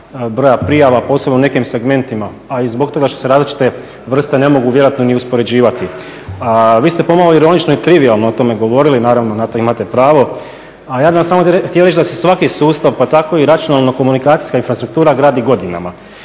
broja prijava posebno u nekim segmentima, a i zbog toga što se različite vrste ne mogu vjerojatno ni uspoređivati. Vi ste pomalo ironično i trivijalno o tome govorili, naravno na to imate pravo. A ja bih vam samo htio reći da se svaki sustav pa tako i računalno komunikacijska infrastruktura gradi godinama.